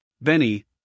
Benny